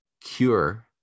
cure